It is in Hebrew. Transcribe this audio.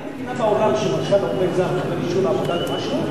אין מדינה בעולם שעובד זר מקבל אישור עבודה למשהו,